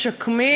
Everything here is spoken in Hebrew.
משקמים,